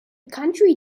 county